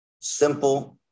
simple